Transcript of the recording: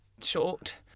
short